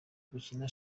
gukina